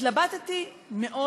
התלבטתי מאוד